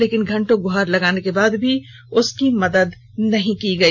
लेकिन घंटों गुहार लगाने के बाद भी उसकी मदद नहीं की गई